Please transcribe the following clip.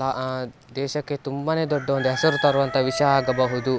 ಲಾ ದೇಶಕ್ಕೆ ತುಂಬ ದೊಡ್ಡ ಒಂದು ಹೆಸರು ತರುವಂಥ ವಿಷಯ ಆಗಬಹುದು